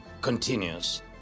continues